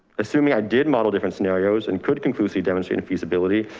assuming i did model different scenarios and could conclusively demonstrate feasibility.